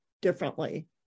differently